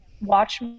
watch